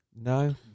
No